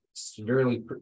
severely